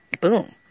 Boom